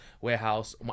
warehouse